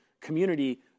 community